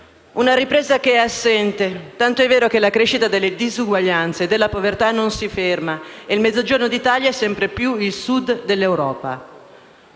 Una ripresa che è assente, tanto è vero che la crescita delle disuguaglianze e della povertà non si ferma e il Mezzogiorno d'Italia è sempre più il Sud dell'Europa.